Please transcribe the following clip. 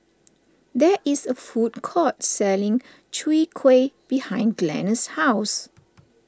there is a food court selling Chwee Kueh behind Glenna's house